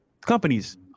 companies